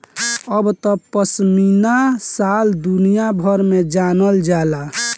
अब त पश्मीना शाल दुनिया भर में जानल जाता